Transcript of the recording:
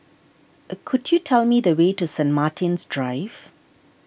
could you tell me the way to Saint Martin's Drive